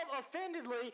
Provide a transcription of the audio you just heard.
offendedly